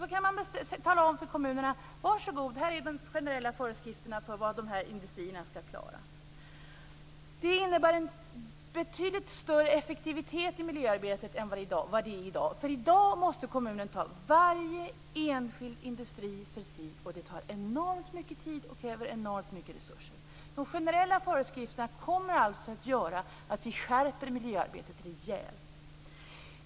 Så kan man tala om för kommunerna: Varsågod, här är de generella föreskrifterna för vad de här industrierna skall klara. Det innebär betydligt större effektivitet i miljöarbetet än i dag. I dag måste kommunerna ta varje enskild industri för sig. Det tar enormt mycket tid och kräver enormt mycket resurser. De generella föreskrifterna kommer alltså att göra att vi skärper miljöarbetet rejält.